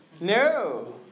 No